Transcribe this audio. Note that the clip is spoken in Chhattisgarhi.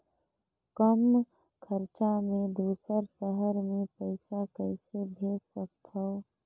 कम खरचा मे दुसर शहर मे पईसा कइसे भेज सकथव?